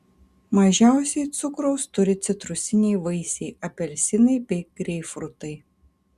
mažiausiai cukraus turi citrusiniai vaisiai apelsinai bei greipfrutai